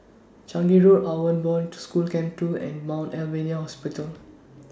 Changi Road Outward Bound School Camp two and Mount Alvernia Hospital